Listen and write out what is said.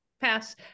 pass